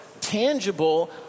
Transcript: tangible